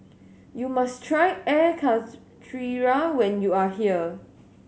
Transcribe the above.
you must try air karthira when you are here